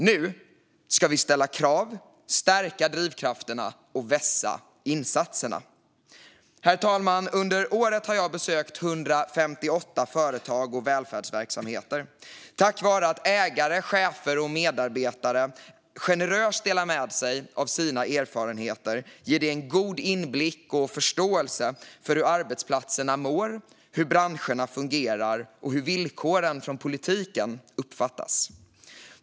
Nu ska vi ställa krav, stärka drivkrafterna och vässa insatserna. Herr talman! Under året har jag besökt 158 företag och välfärdsverksamheter. Tack vare att ägare, chefer och medarbetare generöst har delat med sig av sina erfarenheter har det gett mig en god inblick i och förståelse för hur arbetsplatserna mår, hur branscherna fungerar och hur villkoren från politiken uppfattas.